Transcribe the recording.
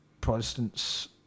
Protestants